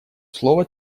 слово